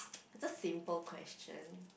just simple question